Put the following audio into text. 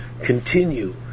continue